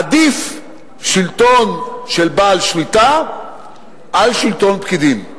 עדיף שלטון של בעל שליטה על שלטון פקידים.